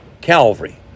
Calvary